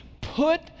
put